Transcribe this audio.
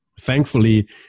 thankfully